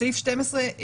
סעיף 12,